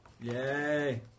Yay